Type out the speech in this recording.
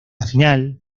final